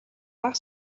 бага